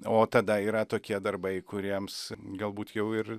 o tada yra tokie darbai kuriems galbūt jau ir